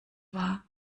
war